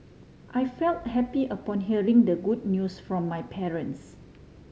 I feel happy upon hearing the good news from my parents